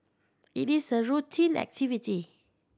it is a routine activity